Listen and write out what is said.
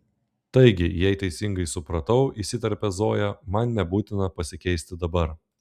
taigi jei teisingai supratau įsiterpia zoja man nebūtina pasikeisti dabar